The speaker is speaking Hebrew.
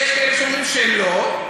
ויש כאלה שאומרים שהם לא.